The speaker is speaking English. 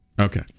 Okay